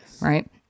Right